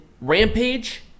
Rampage